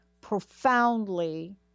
profoundly